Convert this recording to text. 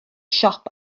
siop